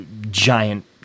giant